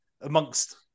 amongst